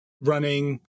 running